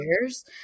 years